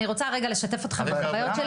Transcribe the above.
אני רוצה לשתף אותכם בחוויות שלי.